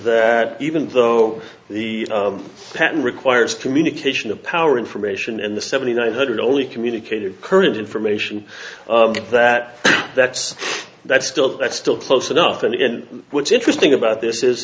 that even though the patent requires communication of power information and the seventy nine hundred only communicated current information that that's that's still that's still close enough and what's interesting about this is